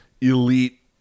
elite